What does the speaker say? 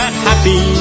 happy